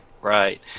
Right